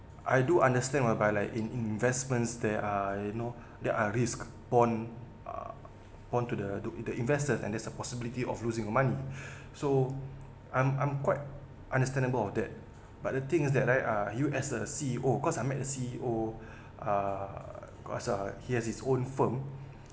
I do understand whereby like in investments there are you know there are risk bond uh bond to the dup~ the investor and that's a possibility of losing your money so I'm I'm quite understandable of that but the thing is that leh uh you as a C_E_O cause I met the C_E_O uh cause uh he has his own firm